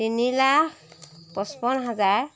তিনি লাখ পঁচপন্ন হাজাৰ